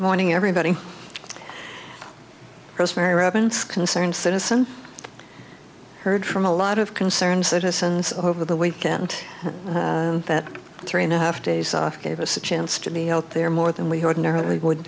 morning everybody rosemary robinson concerned citizen heard from a lot of concerns that dozens over the weekend that three and a half days off gave us a chance to be out there more than we ordinarily would